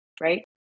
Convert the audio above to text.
right